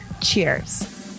Cheers